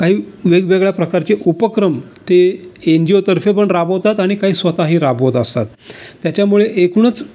काही वेगवेगळ्या प्रकारचे उपक्रम ते एन जी ओ तर्फे पण राबवतात आणि काही स्वतःही राबवत असतात त्याच्यामुळे एकूणच